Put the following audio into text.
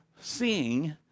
Seeing